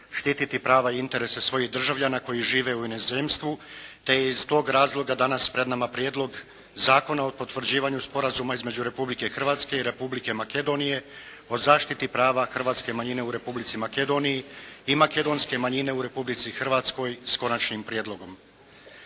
Klub Hrvatske demokratske zajednice smatra da je ovo kvalitetno urađen Prijedlog zakona o potvrđivanju Sporazuma između Republike Hrvatske i Republike Makedonije o zaštiti prava hrvatske manjine u Republici Makedoniji i makedonske manjine u Republici Hrvatskoj, s Konačnim prijedlogom